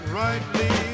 rightly